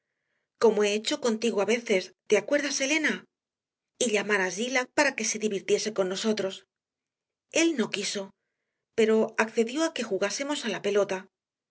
linton proponiéndole jugar a la gallina ciega como he hecho contigo a veces te acuerdas elena y llamar a zillah para que se divirtiese con nosotros él no quiso pero accedió a que jugásemos a la pelota